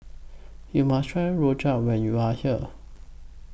YOU must Try Rojak when YOU Are here